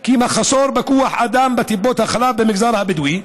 כי מחסור בכוח אדם בטיפות החלב במגזר הבדואי